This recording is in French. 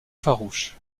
farouche